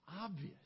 obvious